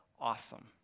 awesome